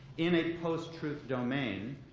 in a post-truth domain,